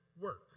work